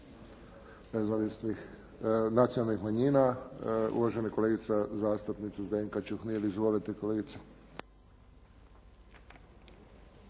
Kluba nacionalnih manjina. Uvažena kolegica zastupnica Zdenka Čuhnil. Izvolite, kolegice.